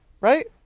right